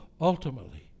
ultimately